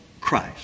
Christ